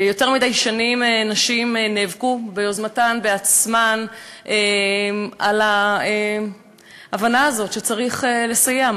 יותר מדי שנים נשים נאבקו ביוזמתן ובעצמן על ההבנה הזאת שצריך לסייע,